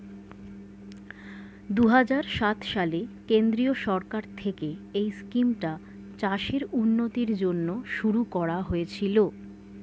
দুহাজার সাত সালে কেন্দ্রীয় সরকার থেকে এই স্কিমটা চাষের উন্নতির জন্য শুরু করা হয়েছিল